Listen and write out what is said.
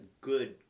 good